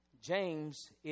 James